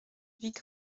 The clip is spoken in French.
vic